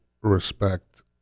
respect